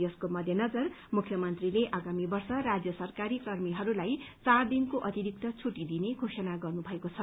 यसको मध्यनजर मुख्यमन्त्रीले आगामी वर्ष राज्यमा सरकारी कर्मीहरूलाई चार दिनको अतिरिक्त छुट्टी दिइने घोषणा गरिएको छ